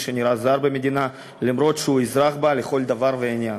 שנראה זר במדינה אף שהוא אזרח בה לכל דבר ועניין.